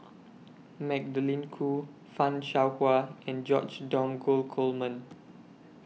Magdalene Khoo fan Shao Hua and George Dromgold Coleman